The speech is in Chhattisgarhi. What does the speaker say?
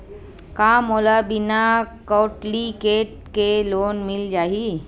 का मोला बिना कौंटलीकेट के लोन मिल जाही?